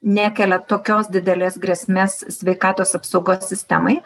nekelia tokios didelės grėsmės sveikatos apsaugos sistemai